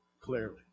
clearly